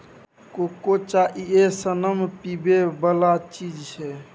cocoa चाइए सनक पीबै बला चीज छै